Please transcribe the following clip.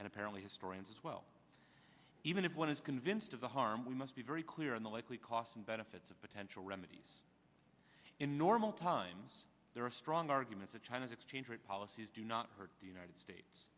and apparently historians as well even if one is convinced of the harm we must be very clear on the likely costs and benefits of potential remedies in normal times there are strong arguments to china's exchange rate policies do not hurt the united states